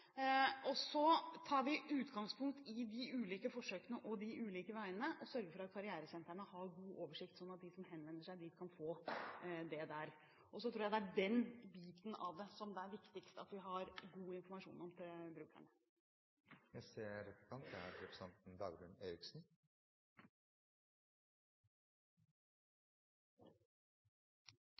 tar så utgangspunkt i de ulike forsøkene og veiene og sørger for at karrieresentrene har god oversikt, slik at de som henvender seg dit kan få det der. Jeg tror det er den biten av det som det er viktigst at vi har god informasjon om til brukeren. Jeg kan berolige statsråden med at det var en snill og god versjon av Matteus-effekten. Den er